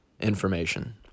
information